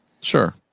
Sure